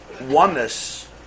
oneness